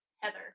Heather